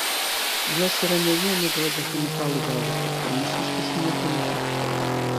jos yra ne vieną dozę chemikalų gavusios o mūsiškės niekuo nepurkštos